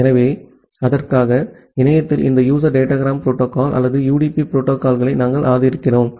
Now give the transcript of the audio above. எனவே அதற்காக இணையத்தில் இந்த யூசர் டேட்டாகிராம் புரோட்டோகால் அல்லது யுடிபி புரோட்டோகால்யை நாங்கள் ஆதரிக்கிறோம்